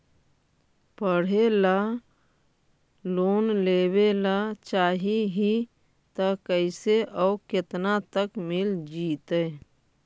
पढ़े ल लोन लेबे ल चाह ही त कैसे औ केतना तक मिल जितै?